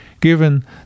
given